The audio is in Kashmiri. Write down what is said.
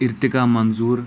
اِرتِقا منظوٗر